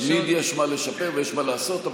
תמיד יש מה לשפר ויש מה לעשות,